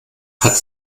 hat